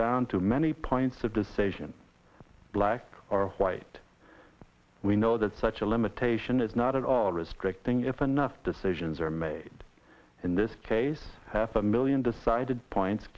down to many points of decision black or white we know that such a limitation is not at all restricting if enough decisions are made in this case half a million decided points